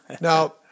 Now